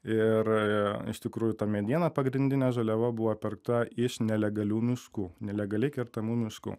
ir iš tikrųjų ta mediena pagrindinė žaliava buvo pirkta iš nelegalių miškų nelegali kertamų miškų